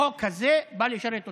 החוק הזה בא לשרת אותם.